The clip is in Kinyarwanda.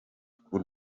tw’u